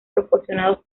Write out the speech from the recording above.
proporcionados